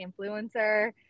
influencer